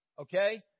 Okay